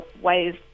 ways